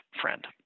friend